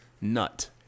nut